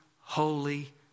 holy